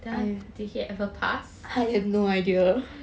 then did he ever pass